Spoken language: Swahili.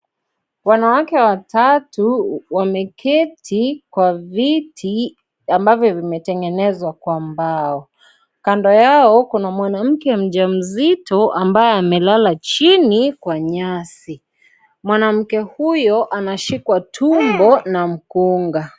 Wanawake watatu wameketi kwa viti ambavyo vimetengenezwa kwa mbao. Kando yao kuna mwanamke mjamzito ambaye amelala chini kwa nyasi. Mwanamke huyo anashikwa tumbo na mkunga.